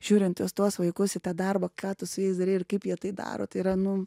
žiūrint tuos vaikus į tą darbą ką tu su jais darei ir kaip jie tai daro tai yra nu